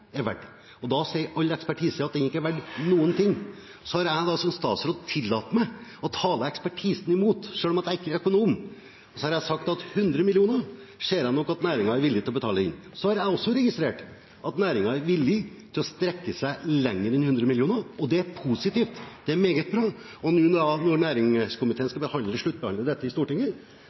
Da sier all ekspertise at den ikke er verdt noen ting. Så har jeg som statsråd tillatt meg å tale ekspertisen imot, selv om jeg ikke er økonom. Jeg har sagt at 100 mill. kr ser jeg at næringen er villig til å betale inn. Så har jeg også registrert at næringen er villig til å strekke seg lenger enn 100 mill. kr, og det er positivt – det er meget bra. Og nå når næringskomiteen skal sluttbehandle dette i Stortinget,